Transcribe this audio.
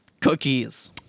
Cookies